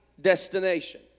destination